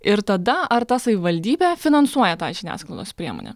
ir tada ar ta savivaldybė finansuoja tą žiniasklaidos priemonę